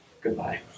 Goodbye